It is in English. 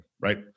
right